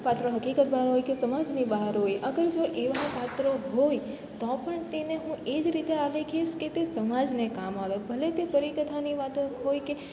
પાત્રો હકીકત બહાર હોય કે સમાજની બહાર હોય અગર જો એવા પાત્રો હોય તો પણ તેને હું એજ રીતે આલેખીશ કે તે સમાજને કામ આવે ભલે તે પરીકથાની વાતો હોય કે